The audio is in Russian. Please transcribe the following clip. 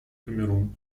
камерун